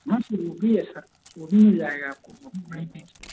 हाँ सर वह भी है सर वह भी मिल जाएगा आपको